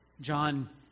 John